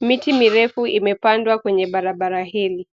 Miti mirefu imepandwa kwenye barabara hili.